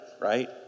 right